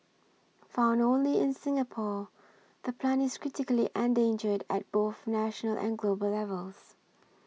found only in Singapore the plant is critically endangered at both national and global levels